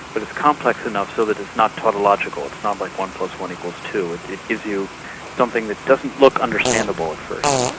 but it's complex enough so that it's not tautological, it's not like one plus one equals two, it it gives you something that doesn't look understandable at first.